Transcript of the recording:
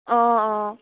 অঁ অঁ